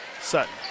Sutton